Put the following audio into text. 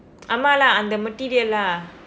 ஆமாம்:aamam lah அந்த:antha material lah